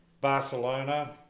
Barcelona